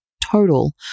total